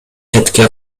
четке